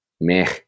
meh